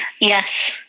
Yes